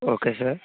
okay sir